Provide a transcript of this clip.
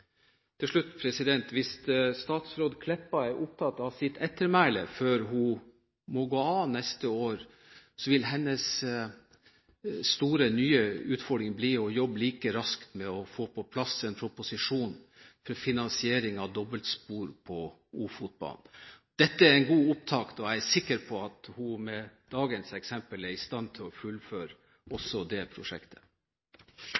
Til slutt: Hvis statsråd Meltveit Kleppa er opptatt av sitt ettermæle før hun må gå av neste år, vil hennes nye, store utfordring bli å jobbe like raskt med å få på plass en proposisjon for finansieringen av dobbelspor på Ofotbanen. Dette er en god opptakt, og jeg er sikker på at hun med dagens eksempel er i stand til å fullføre